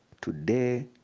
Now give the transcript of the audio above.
today